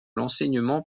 l’enseignement